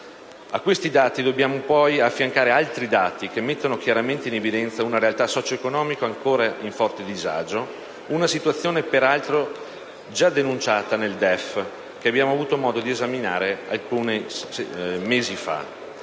A questi dati dobbiamo poi affiancarne altri che mettono chiaramente in evidenza una realtà socio-economica ancora in forte disagio, come peraltro già denunciato nel DEF che abbiamo avuto modo di esaminare alcuni mesi fa.